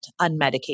unmedicated